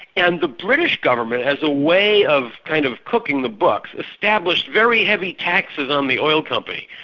and the british government as a way of kind of cooking the books, established very heavy taxes on the oil company,